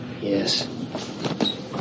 Yes